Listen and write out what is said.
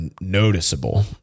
noticeable